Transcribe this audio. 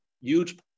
huge